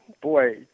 boy